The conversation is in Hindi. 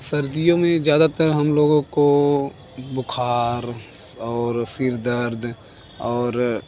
सर्दियों में ज़्यादातर हम लोगों को बुख़ार और सिर दर्द और